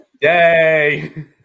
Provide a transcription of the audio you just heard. Yay